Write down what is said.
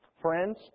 Friends